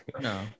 No